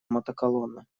мотоколонна